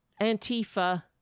Antifa